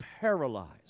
paralyzed